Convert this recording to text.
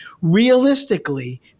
realistically